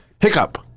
Hiccup